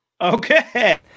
Okay